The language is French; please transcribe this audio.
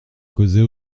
causer